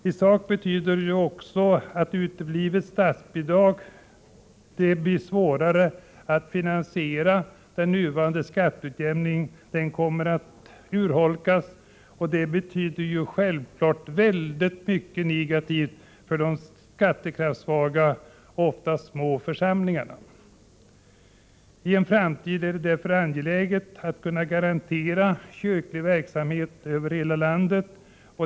I sak betyder också uteblivet statsbidrag att det blir svårare att finansiera den nuvarande skatteutjämningen. Den kommer att urholkas. Det innebär självfallet oerhört mycket negativt för de skattekraftssvaga, oftast små, församlingarna. I en framtid är det därför angeläget att garantera kyrklig verksamhet över hela landet.